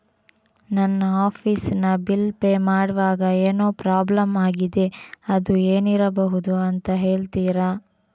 ನನ್ನ ಆಫೀಸ್ ನ bill pay ಮಾಡ್ವಾಗ ಏನೋ ಪ್ರಾಬ್ಲಮ್ ಆಗಿದೆ ಅದು ಏನಿರಬಹುದು ಅಂತ ಹೇಳ್ತೀರಾ?